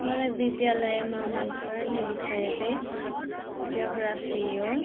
मलाई विद्यालयमा मनपर्ने विषय चाहिँ ज्योग्राफी हो